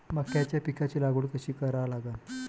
मक्याच्या पिकाची लागवड कशी करा लागन?